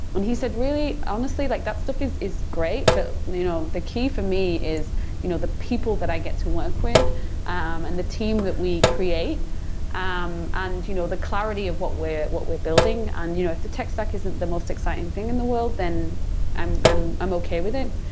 and he said, really honestly, like that stuff is is great, but you know the key for me is you know the people that i get to work with and the team that we create um and you know the clarity of what we're what we're building. and you know if the tech stack isn't the most exciting thing in the world, then i'm i'm okay with it.